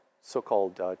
so-called